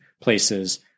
places